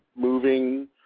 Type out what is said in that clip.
moving